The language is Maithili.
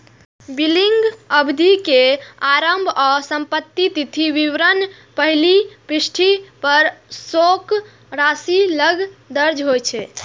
बिलिंग अवधि के आरंभ आ समाप्ति तिथि विवरणक पहिल पृष्ठ पर शेष राशि लग दर्ज होइ छै